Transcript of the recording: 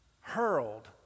hurled